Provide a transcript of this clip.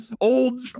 old